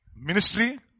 ministry